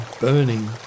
burning